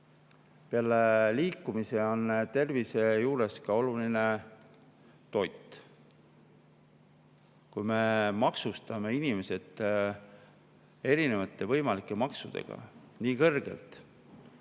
Peale liikumise on tervise juures oluline ka toit. Kui me maksustame inimesi erinevate võimalike maksudega nii kõrgelt,